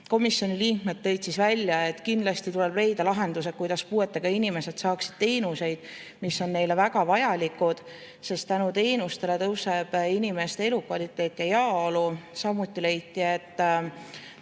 Komisjoni liikmed tõid välja, et kindlasti tuleb leida lahendused, kuidas puuetega inimesed saaksid teenuseid, mis on neile väga vajalikud, sest tänu teenustele tõuseb inimeste elukvaliteet ja heaolu. Samuti leiti, et